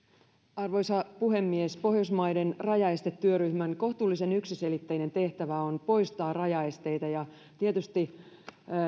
arvoisa puhemies pohjoismaiden rajaestetyöryhmän kohtuullisen yksiselitteinen tehtävä on poistaa rajaesteitä ja tietysti